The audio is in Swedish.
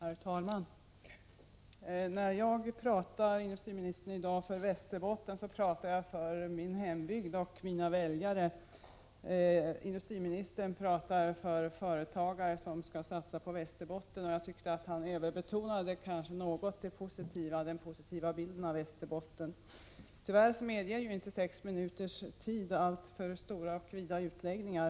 Herr talman! När jag i dag talar för Västerbotten, industriministern, talar jag för min hembygd och mina väljare. Industriministern talar för företagare som skall satsa på Västerbotten. Jag tyckte att industriministern kanske något överbetonade den positiva bilden av Västerbotten. Tyvärr medger inte sex minuters taletid alltför stora och vida utläggningar.